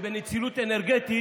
שבנצילות אנרגטית,